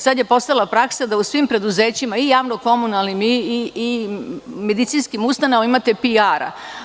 Sad je postala praksa da u svim preduzećima i javno-komunalnim i medicinskim ustanovama imate PR.